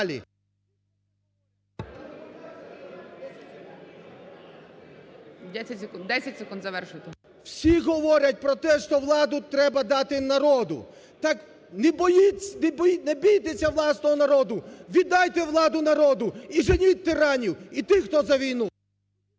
Всі говорять про те, що владу треба дати народу. Так не бійтеся власного народу, віддайте владу народу і женіть тиранів і тих, хто за війну.